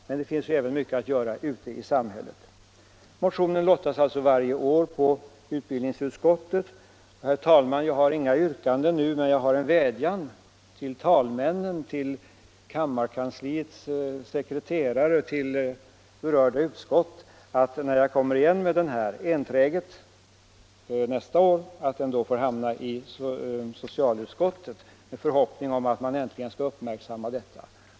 Men det finns ju också mycket att göra ute i samhället. Herr talman! Motionen lottas varje år på utbildningsutskottet. Jag har inga yrkanden nu, men jag har en vädjan till talmännen, till kammarens sekreterare och till berörda utskott, att motionen, när jag enträget kommer igen med den nästa år, får hamna i socialutskottet — med förhoppning om att man äntligen skall uppmärksamma denna fråga.